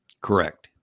Correct